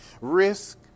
Risk